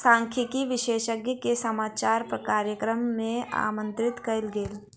सांख्यिकी विशेषज्ञ के समाचार कार्यक्रम मे आमंत्रित कयल गेल